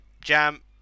Jam